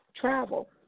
Travel